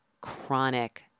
chronic